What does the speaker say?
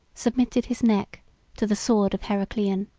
submitted his neck to the sword of heraclian.